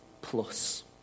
plus